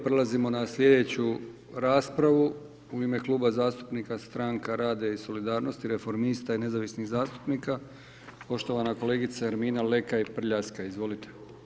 Prelazimo na sljedeću raspravu, u ime Kluba zastupnika Stranka rada i solidarnosti, reformista i nezavisnih zastupnika, poštovana kolegice Erimina Lekaj Prljaskaj, izvolite.